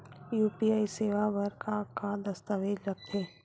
UPI सेवा बर का का दस्तावेज लगथे?